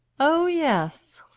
oh yes!